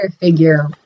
figure